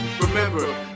remember